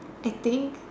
I think